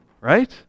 right